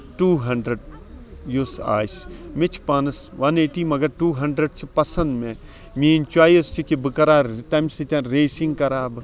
two hundred یُس آسہِ مےٚ چھِ پانَس وَن ایٹی مَگر ٹوٗ ہںڈرَنڈ چھِ پَسند مےٚ میٲںی چوٚیِس چھِ کہِ بہٕ کرٕ ہا تَمہِ سۭتۍ ریسِنگ کرٕ ہا بہٕ